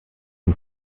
dem